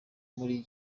muri